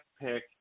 pick